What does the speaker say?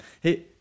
Hey